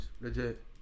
Legit